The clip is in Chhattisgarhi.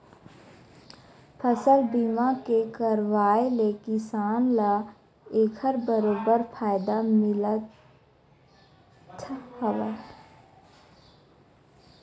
फसल बीमा के करवाय ले किसान ल एखर बरोबर फायदा मिलथ हावय